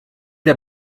der